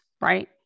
right